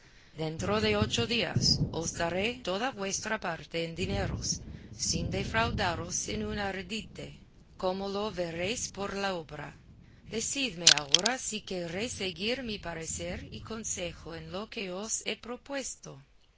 dentro de ocho días os daré toda vuestra parte en dineros sin defraudaros en un ardite como lo veréis por la obra decidme ahora si queréis seguir mi parecer y consejo en lo que os he propuesto